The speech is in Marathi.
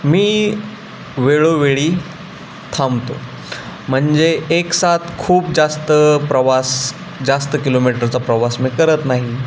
मी वेळोवेळी थांबतो म्हणजे एक सात खूप जास्त प्रवास जास्त किलोमीटरचा प्रवास मी करत नाही